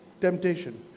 temptation